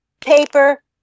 paper